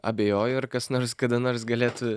abejoju ar kas nors kada nors galėtų